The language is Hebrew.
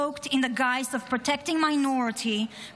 Cloaked in the guise of protecting minority rights,